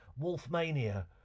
wolfmania